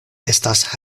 estas